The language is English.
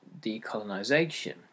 decolonisation